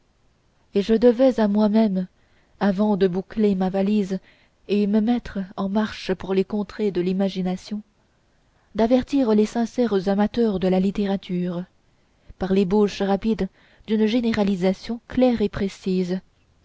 et je devais à moi-même avant de boucler ma valise et me mettre en marche pour les contrées de l'imagination d'avertir les sincères amateurs de la littérature par l'ébauche rapide d'une généralisation claire et précise